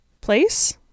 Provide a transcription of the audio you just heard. place